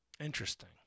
Interesting